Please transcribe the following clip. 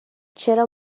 چرا